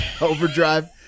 overdrive